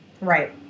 Right